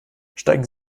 steigen